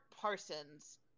parsons